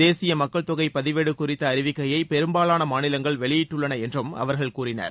தேசிய மக்கள் தொகை பதிவேடு குறித்த அறிவிக்கையை பெரும்பாலான மாநிலங்கள் வெளியிட்டுள்ளன என்றும் அவர்கள் கூறினர்